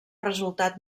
resultat